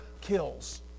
kills